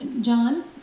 John